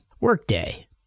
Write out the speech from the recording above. Workday